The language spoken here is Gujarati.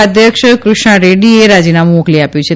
ઉપાધ્યક્ષ કૃષ્ણા રેક્રીને રાજીનામું મોકલી આપ્યું છે